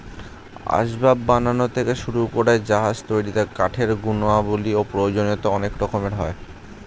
আসবাব বানানো থেকে শুরু করে জাহাজ তৈরিতে কাঠের গুণাবলী ও প্রয়োজনীয়তা অনেক রকমের হয়